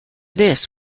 this